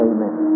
Amen